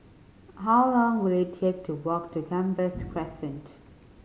how long will it take to walk to Gambas Crescent